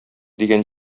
дигән